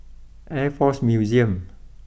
Air Force Museum